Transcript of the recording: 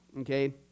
okay